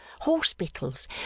hospitals